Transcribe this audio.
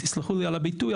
תסלחו לי על הביטוי,